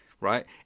right